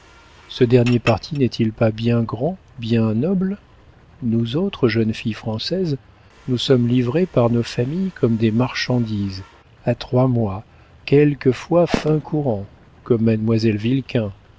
ce dernier parti n'est-il pas bien grand bien noble nous autres jeunes filles françaises nous sommes livrées par nos familles comme des marchandises à trois mois quelquefois fin courant comme